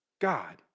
God